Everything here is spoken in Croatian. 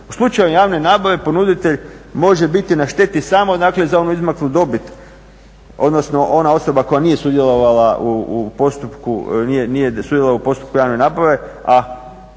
U slučaju javne nabave ponuditelj može biti na šteti samo za onu izmakla dobit, odnosno ona osoba koja nije sudjelovala u postupku javne nabave, a